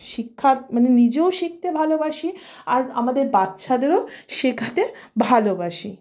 শিক্ষা মানে নিজেও শিখতে ভালোবাসি আর আমাদের বাচ্চাদেরও শেখাতে ভালোবাসি